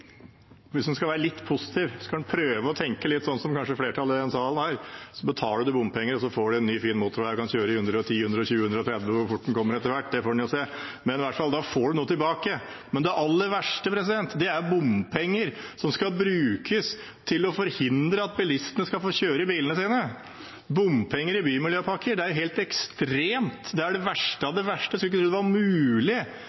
Hvis man skal være litt positiv, kan man prøve å tenke litt som flertallet i denne sal, så betaler man bompenger, og så får man en ny fin motorvei og kan kjøre i 110, 120 og 130 km/t. Hvor fort det blir etter hvert, får man jo se. Men da får man noe tilbake. Men det aller verste er bompenger som skal brukes til å forhindre at bilistene får kjøre bilene sine. Bompenger i bymiljøpakker er helt ekstremt. Det er det verste